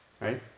right